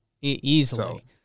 Easily